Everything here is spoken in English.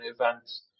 events